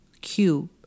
cube